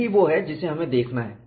यही वो है जिसे हमें देखना है